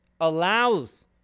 allows